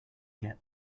get